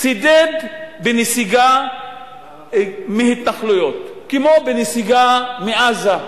צידד בנסיגה מהתנחלויות, כמו בנסיגה מעזה.